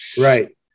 Right